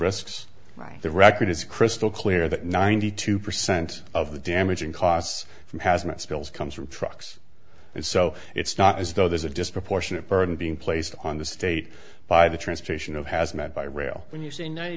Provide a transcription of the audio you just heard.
risks the record is crystal clear that ninety two percent of the damaging costs from hazmat spills comes from trucks so it's not as though there's a disproportionate burden being placed on the state by the transportation of hazmat by rail when you say ninety